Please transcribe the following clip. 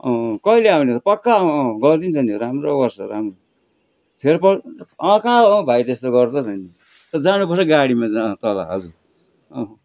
अँ कहिले आउने त पक्का अँ अँ गरिदिन्छ नि राम्रो गर्छ राम्रो फेर पर अँ कहाँ हो भाइ त्यस्तो गर्दैन नि जानु पर्छ है गाडीमा अँ तल हजुर अँ